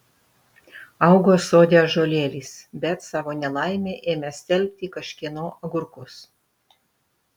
augo sode ąžuolėlis bet savo nelaimei ėmė stelbti kažkieno agurkus